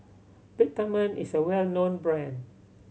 Peptamen is a well known brand